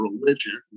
religion